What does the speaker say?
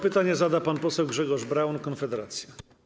Pytanie zada pan poseł Grzegorz Braun, Konfederacja.